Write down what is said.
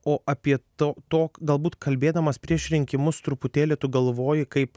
o apie to to galbūt kalbėdamas prieš rinkimus truputėlį tu galvoji kaip